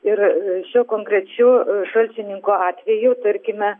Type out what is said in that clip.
ir šiuo konkrečiu šalčininkų atveju tarkime